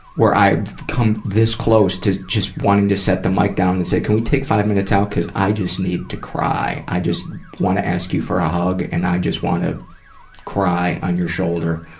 where i've come this close to just wanting to set the mic down and say, can we take five minutes out because i just need to cry. i just want to ask you for a hug and i just want to cry on your shoulder.